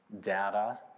Data